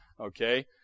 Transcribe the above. okay